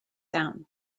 down